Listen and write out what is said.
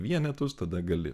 vienetus tada gali